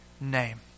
name